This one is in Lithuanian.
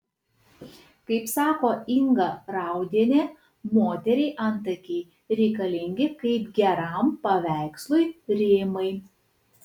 kaip sako inga raudienė moteriai antakiai reikalingi kaip geram paveikslui rėmai